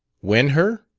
win her?